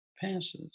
passes